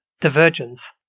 divergence